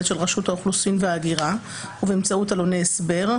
של רשות האוכלוסין וההגירה ובאמצעות עלוני הסבר,